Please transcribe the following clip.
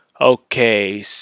Okay